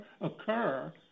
occur